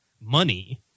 money